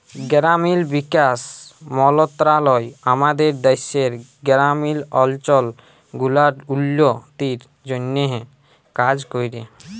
গেরামিল বিকাশ মলত্রলালয় আমাদের দ্যাশের গেরামিল অলচল গুলার উল্ল্য তির জ্যনহে কাজ ক্যরে